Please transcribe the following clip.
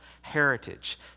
heritage